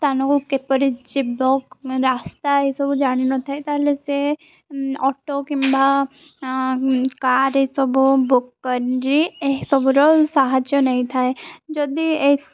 ସ୍ଥାନକୁ କିପରି ଯିବ ମାନେ ରାସ୍ତା ଏସବୁ ଜାଣିନଥାଏ ତା'ହେଲେ ସେ ଅଟୋ କିମ୍ବା କାର୍ ଏସବୁ ବୁକ୍ କରିି ଏହିସବୁର ସାହାଯ୍ୟ ନେଇଥାଏ ଯଦି ଏ